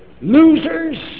losers